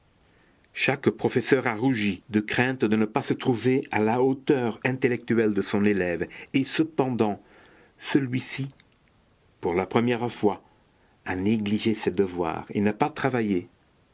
chaque professeur a rougi de crainte de ne pas se trouver à la hauteur intellectuelle de son élève et cependant celui-ci pour la première fois a négligé ses devoirs et n'a pas travaillé